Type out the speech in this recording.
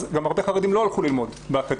אז גם הרבה חרדים לא הלכו ללמוד באקדמיה,